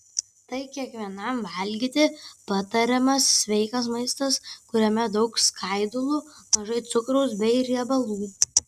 tai kiekvienam valgyti patariamas sveikas maistas kuriame daug skaidulų mažai cukraus bei riebalų